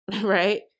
right